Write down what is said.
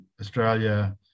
Australia